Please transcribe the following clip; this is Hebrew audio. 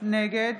נגד